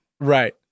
Right